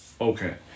okay